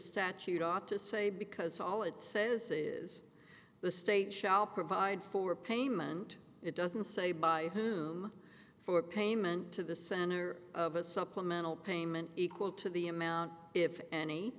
statute ought to say because all it says is the state shall provide for payment it doesn't say by whom for payment to the center of a supplemental payment equal to the amount if any